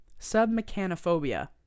submechanophobia